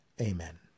Amen